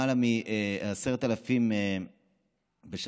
שלמעלה מ-10,000 לקוחות של החברה,